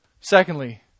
Secondly